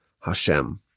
Hashem